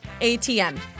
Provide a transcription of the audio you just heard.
ATM